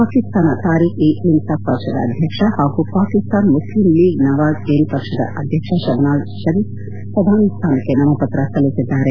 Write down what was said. Pakistan Tehreek e Insaf PTI ಪಕ್ಷದ ಅಧ್ಯಕ್ಷ ಹಾಗೂ ಪಾಕಿಸ್ತಾನ ಮುಸ್ಲಿಂ ಲೀಗ್ ನವಾಜ್ ಪಿಎಂಎಲ್ ಎನ್ ಪಕ್ಷದ ಅಧ್ಯಕ್ಷ ಶಬನಾಜ್ ಪರೀಫ್ ಪ್ರಧಾನಿ ಸ್ಥಾನಕ್ಕೆ ನಾಮಪತ್ರ ಸಲ್ಲಿಸಿದ್ದಾರೆ